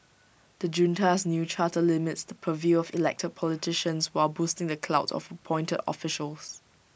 the junta's new charter limits the purview of elected politicians while boosting the clout of appointed officials